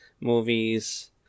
movies